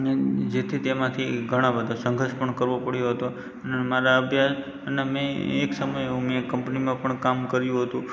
અને જેથી તેમાંથી ઘણા બધાો સંઘર્ષ પણ કરવો પડ્યો હતો મારા અભ્યાસ અને મેં એક સમયે મેં કંપનીમાં પણ કામ કર્યું હતું